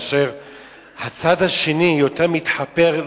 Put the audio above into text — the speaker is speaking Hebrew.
והצד השני מתחפר,